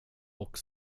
och